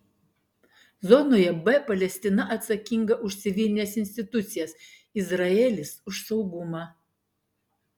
zonoje b palestina atsakinga už civilines institucijas izraelis už saugumą